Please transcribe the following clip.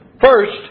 First